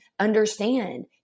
understand